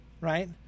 right